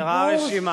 נסגרה הרשימה.